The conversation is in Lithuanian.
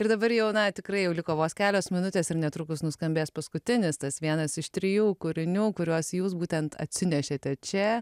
ir dabar jau na tikrai jau liko vos kelios minutės ir netrukus nuskambės paskutinis tas vienas iš trijų kūrinių kuriuos jūs būtent atsinešėte čia